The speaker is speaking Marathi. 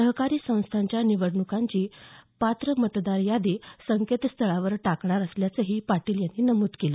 सहकारी संस्थांच्या निवडण्कांची पात्र मतदार यादी संकेतस्थळावरही टाकणार असल्याचं पाटील यांनी नमूद केलं